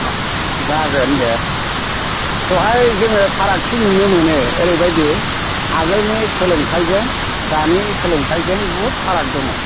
जागोन दे बेवहाय जोङो फारागथि नुनो मोनो ओरैबादि आगोलनि सोलोंथाइजों दानि सोलोंथाइजों बहुथ फाराग दङ